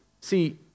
See